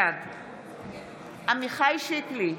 בעד עמיחי שיקלי,